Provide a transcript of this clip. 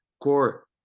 core